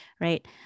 right